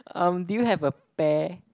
(um)do you have a pear